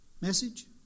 message